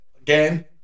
again